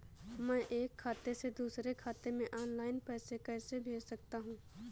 मैं एक खाते से दूसरे खाते में ऑनलाइन पैसे कैसे भेज सकता हूँ?